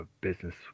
business